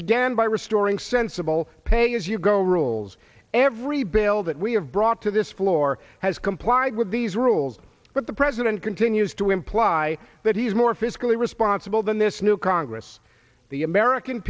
began by restoring sensible pay as you go rules every bill that we have brought to this floor has complied with these rules but the president continues to imply that he's more fiscally responsible than this new congress the american